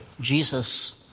Jesus